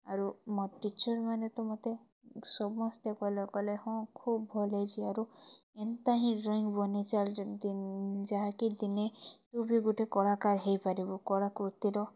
ଆରୁ ମୋ ଟିଚର୍ମାନେ ତ ମତେ ସମସ୍ତେ କହେଲେ ହଁ ଖୋବ୍ ଭଲ୍ ହେଇଚି ଆରୁ ଏନ୍ତା ହି ଡ୍ରଇଙ୍ଗ୍ ବନେଇ ଚାଲ୍ ଯାହାକି ଦିନେ ତୁ ବି ଗୁଟେ କଳାକାର୍ ହେଇପାରିବୁ କଳାକୃତିର